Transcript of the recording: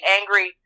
angry